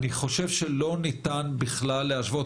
אני חושב שלא ניתן בכלל להשוות.